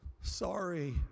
sorry